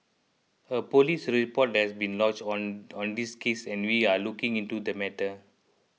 a police report has been lodge on on this case and we are looking into the matter